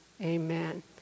Amen